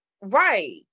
Right